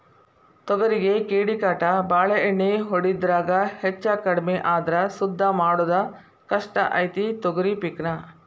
ತೊಗರಿಗೆ ಕೇಡಿಕಾಟ ಬಾಳ ಎಣ್ಣಿ ಹೊಡಿದ್ರಾಗ ಹೆಚ್ಚಕಡ್ಮಿ ಆದ್ರ ಸುದ್ದ ಮಾಡುದ ಕಷ್ಟ ಐತಿ ತೊಗರಿ ಪಿಕ್ ನಾ